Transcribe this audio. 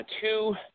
two